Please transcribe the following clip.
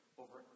over